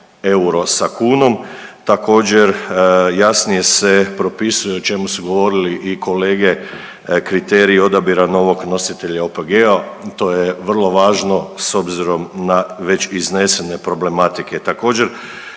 euro sa kunom, također jasnije se propisuje, o čemu su govorili i kolege, kriteriji odabira novog nositelja OPG-a, to je vrlo važno s obzirom na već iznesene problematike.